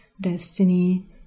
destiny